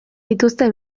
dituzte